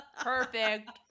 Perfect